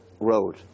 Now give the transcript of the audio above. road